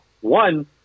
One